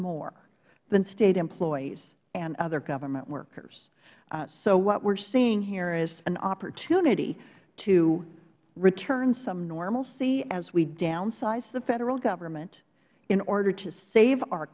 more than state employees and other government workers so what we are seeing here is an opportunity to return some normalcy as we downsize the federal government in order to save our